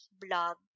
blog